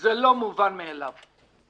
זה לא מובן מאליו.